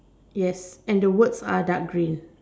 yes and words are dark green